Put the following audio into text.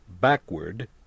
backward